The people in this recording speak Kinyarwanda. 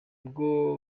bwo